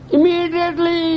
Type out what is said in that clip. Immediately